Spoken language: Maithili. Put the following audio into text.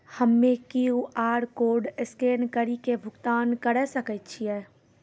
हम्मय क्यू.आर कोड स्कैन कड़ी के भुगतान करें सकय छियै?